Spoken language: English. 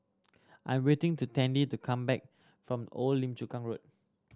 I am waiting to Tandy to come back from Old Lim Chu Kang Road